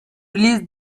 release